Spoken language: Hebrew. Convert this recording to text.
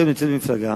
אתם נמצאים במפלגה,